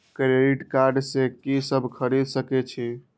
Credit card से की सब खरीद सकें छी?